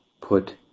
put